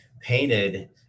painted